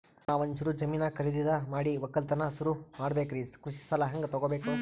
ನಾ ಒಂಚೂರು ಜಮೀನ ಖರೀದಿದ ಮಾಡಿ ಒಕ್ಕಲತನ ಸುರು ಮಾಡ ಬೇಕ್ರಿ, ಕೃಷಿ ಸಾಲ ಹಂಗ ತೊಗೊಬೇಕು?